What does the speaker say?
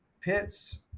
pits